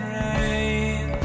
rain